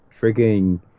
freaking